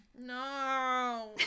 No